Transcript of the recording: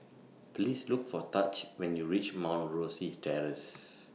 Please Look For Taj when YOU REACH Mount Rosie Terrace